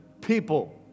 People